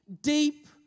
deep